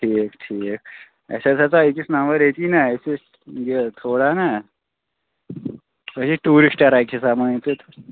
ٹھیٖک ٹھیٖک اَسہِ حظ ہیٚژاو أکِس نَمبر ییٚتی نا أسۍ ٲسۍ یہِ تھوڑا نا أسۍ ٹیٛوٗرِسٹَر اَکہِ حِساب مٲنِو تُہۍ